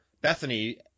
Bethany